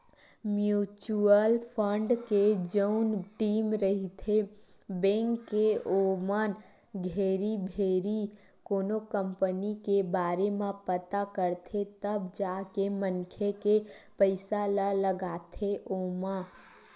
mutual fund के जउन team रहिथे बेंक के ओमन घेरी भेरी कोनो कंपनी के बारे म पता करथे तब जाके मनखे के पइसा ल लगाथे ओमा